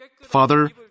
Father